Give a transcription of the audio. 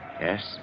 Yes